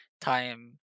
time